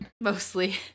Mostly